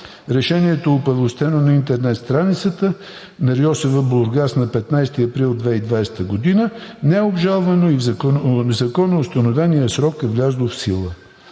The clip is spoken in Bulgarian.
Решението е оповестено на интернет страницата на РИОСВ – Бургас, на 15 април 2020 г., не е обжалвано и в законоустановения срок е влязло в сила.